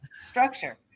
structure